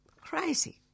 Crazy